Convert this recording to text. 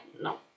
no